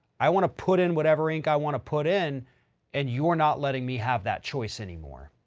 i want to put in whatever ink i want to put in and you're not letting me have that choice anymore.